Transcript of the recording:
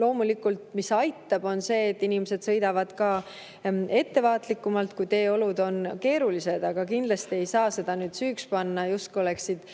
õnnetusi. Mis aitab, on see, et inimesed sõidavad ettevaatlikumalt, kui teeolud on keerulised. Aga kindlasti ei saa seda süüks panna [valitsusele], justkui oleksid